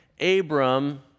Abram